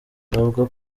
bavuga